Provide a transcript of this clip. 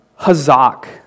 Hazak